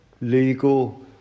legal